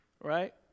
Right